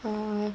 err